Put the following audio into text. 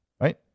right